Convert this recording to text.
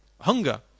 hunger